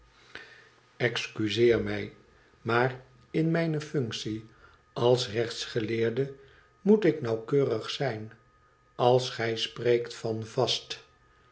excuseer mij maar in mijne functie als rechtsgeleerde moet ik nauwkeurig zijn als gij spreekt van vast